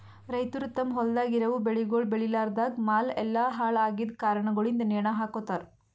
ರೈತುರ್ ತಮ್ ಹೊಲ್ದಾಗ್ ಇರವು ಬೆಳಿಗೊಳ್ ಬೇಳಿಲಾರ್ದಾಗ್ ಮಾಲ್ ಎಲ್ಲಾ ಹಾಳ ಆಗಿದ್ ಕಾರಣಗೊಳಿಂದ್ ನೇಣ ಹಕೋತಾರ್